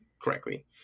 correctly